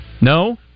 no